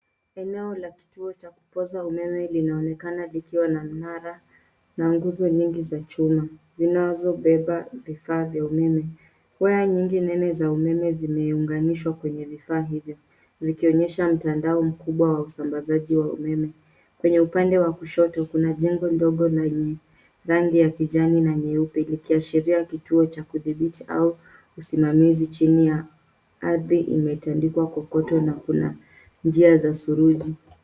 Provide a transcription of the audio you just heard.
Eneo la kituo cha kupoza umeme linaonekana likiwa na mnara na nguzo nyingi za chuma, zinazobeba vifaa vya umeme. Waya nyingi nene za umeme zimeunganishwa kwenye vifaa hivyo, zikionyesha mtandao mkubwa wa usambazji wa umeme. Kwenye upande wa kushoto kuna jengo ndogo lenye rangi ya kijani na nyeupe, likiashiria kituo cha kudhibiti au usimamizi chini ya ardhi imetandikwa kokoto na kuna njia za suruji .